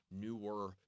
newer